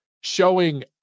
showing